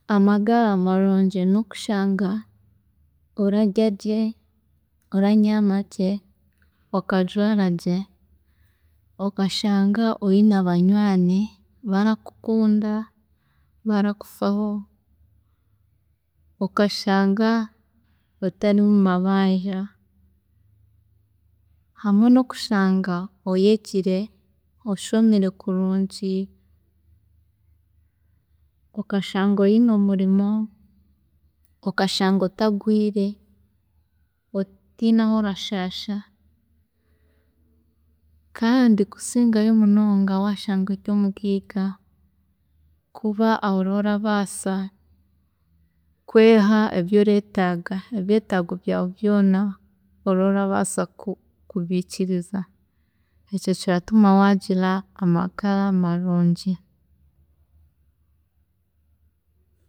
Amagara marungi nokushanga orarya gye, oranyaama gye, okajwaara gye, okashanga oyine abanywaani barakukunda, barakufaho, okashanga otari mumabanja hamwe nokushanga oyegire, oshomire kurungi, okashanga oyine omurimo, okashanga otarwiire, otiine ahu orashaasha kandi kusingayo munonga waashanga ori omugaiga kuba aho oraba orabaasa kweeha ebi oreetaaga, ebyetaago byawe byoona oraba orabaasa kweha ebyoretaaga ebyatago byawe byoona orebaasa kubihikiiriza, ekyo kiratuma wagira amagara marungi